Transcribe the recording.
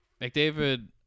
McDavid